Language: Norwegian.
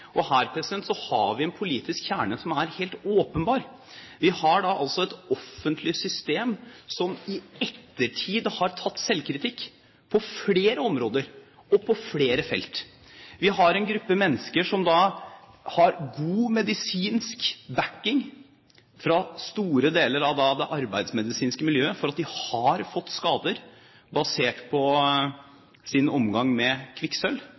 Og her har vi en politisk kjerne som er helt åpenbar. Vi har et offentlig system som i ettertid har tatt selvkritikk på flere områder og på flere felt. Vi har en gruppe mennesker som har god medisinsk backing fra store deler av det arbeidsmedisinske miljøet for at de har fått skader basert på sin håndtering av kvikksølv.